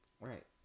Right